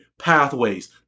pathways